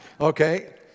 Okay